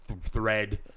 Thread